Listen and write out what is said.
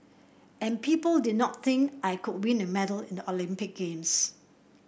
and people did not think I could win a medal in the Olympic Games